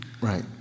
Right